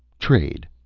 trade.